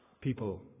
people